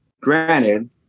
Granted